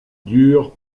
dure